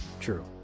true